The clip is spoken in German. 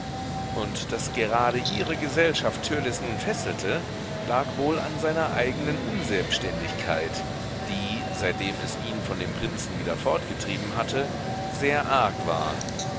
und daß gerade ihre gesellschaft törleß nun fesselte lag wohl an seiner eigenen unselbständigkeit die seitdem es ihn von dem prinzen wieder fortgetrieben hatte sehr arg war